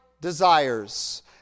desires